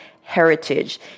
heritage